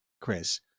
Chris